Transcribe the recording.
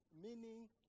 meaning